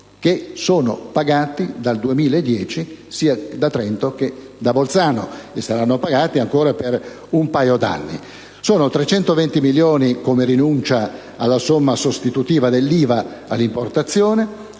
che sono pagati dal 2010 sia da Trento che da Bolzano e saranno pagati ancora per un paio d'anni: si tratta, in particolare, di 320 milioni come rinuncia alla somma sostitutiva dell'IVA all'importazione,